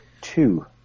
two